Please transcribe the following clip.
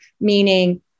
meaning